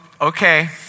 okay